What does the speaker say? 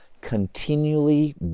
continually